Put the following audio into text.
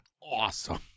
awesome